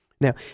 Now